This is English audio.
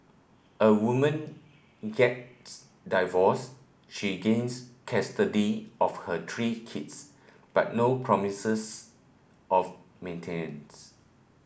a woman gets divorced she gains custody of her three kids but no promises of maintenance